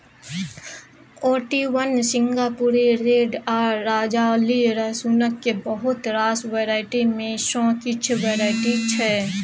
Ooty one, सिंगापुरी red आ राजाली रसुनक बहुत रास वेराइटी मे सँ किछ वेराइटी छै